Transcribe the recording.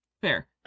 Fair